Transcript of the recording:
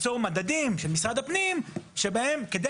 שניצור מדדים של משרד הפנים שבהם כדי